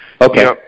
Okay